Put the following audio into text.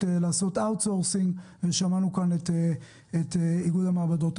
לעשות אאוט סורסינג ושמענו כאן את איגוד המעבדות.